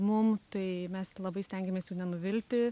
mum tai mes labai stengiamės jų nenuvilti